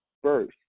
first